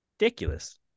ridiculous